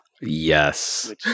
Yes